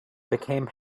became